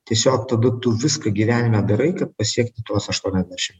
tiesiog tada tu viską gyvenime darai kad pasiekti tuos aštuoniasdešim